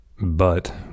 But